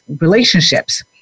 relationships